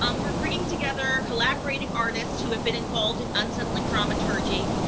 um we're bringing together collaborating artists who have been involved in unsettling dramaturgy.